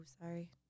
sorry